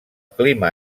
clima